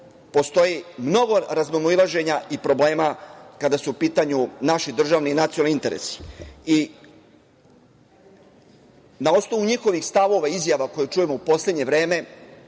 postoji mnogo razmimoilaženja i problema kada su u pitanju naši državni i nacionalni interesi. Na osnovu njihovih stavova i izjava koje čujemo u poslednje vreme